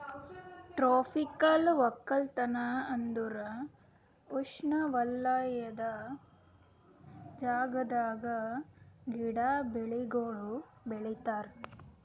tropical ಒಕ್ಕಲತನ ಅಂದುರ್ ಉಷ್ಣವಲಯದ ಜಾಗದಾಗ್ ಗಿಡ, ಬೆಳಿಗೊಳ್ ಬೆಳಿತಾರ್